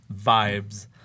vibes